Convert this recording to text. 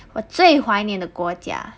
我最怀念的国家